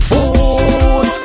Food